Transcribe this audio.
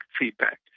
feedback